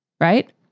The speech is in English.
right